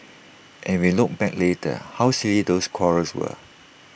and if we look back later how silly those quarrels were